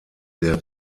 der